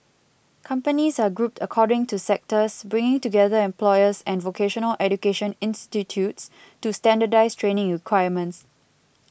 companies are grouped according to sectors bringing together employers and vocational education institutes to standardise training requirements